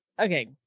okay